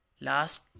last